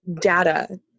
data